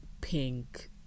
Pink